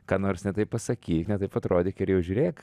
ką nors ne taip pasakyk ne taip atrodyk ir jau žiūrėk